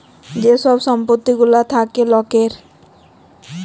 যে ছব সম্পত্তি গুলা থ্যাকে লকের